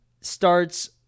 starts